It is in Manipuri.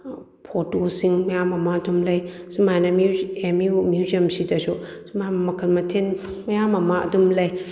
ꯐꯣꯇꯣꯁꯤꯡ ꯃꯌꯥꯝ ꯑꯃ ꯑꯗꯨꯝ ꯂꯩ ꯁꯨꯃꯥꯏꯅ ꯑꯦꯝ ꯌꯨ ꯃ꯭ꯌꯨꯖꯝ ꯁꯤꯗꯁꯨ ꯁꯨꯃꯥꯏꯅ ꯃꯈꯜ ꯃꯊꯦꯜ ꯃꯌꯥꯝ ꯑꯃ ꯑꯗꯨꯝ ꯂꯩ